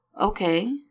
Okay